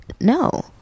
No